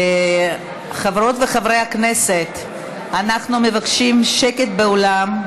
חברות וחברי הכנסת, אנחנו מבקשים שקט באולם.